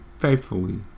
faithfully